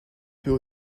peut